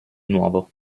nuovo